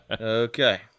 Okay